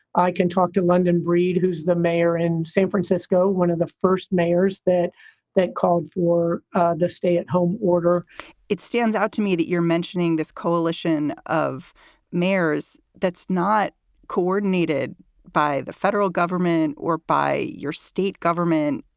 i can talk to london brede, who's the mayor in san francisco, one of the first mayors that that called for the stay at home order it stands out to me that you're mentioning this coalition of mayors that's not coordinated by the federal government or by your state government.